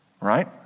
right